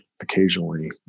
occasionally